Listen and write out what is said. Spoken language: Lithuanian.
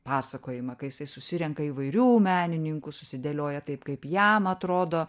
pasakojimą kai jisai susirenka įvairių menininkų susidėlioja taip kaip jam atrodo